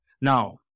Now